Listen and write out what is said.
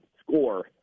score